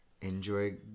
enjoy